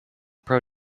pro